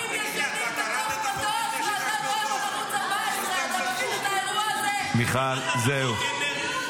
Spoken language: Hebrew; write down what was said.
דואג לערוץ 14. אתה --- את האירוע הזה?